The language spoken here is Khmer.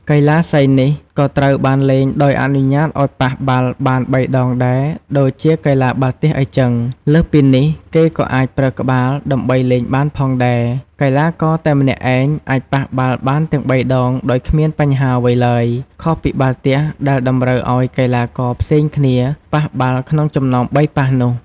កីឡាសីនេះក៏ត្រូវបានលេងដោយអនុញ្ញាតឱ្យប៉ះបាល់បាន៣ ដងដែរ ដូចជាកីឡាបាល់ទះអ៊ីចឹង លើសពីនេះ គេក៏អាចប្រើក្បាលដើម្បីលេងបានផងដែរ។ កីឡាករតែម្នាក់ឯងអាចប៉ះបាល់បានទាំង៣ ដងដោយគ្មានបញ្ហាអ្វីឡើយ ខុសពីបាល់ទះដែលតម្រូវឱ្យកីឡាករផ្សេងគ្នាប៉ះបាល់ក្នុងចំណោម៣ប៉ះនោះ។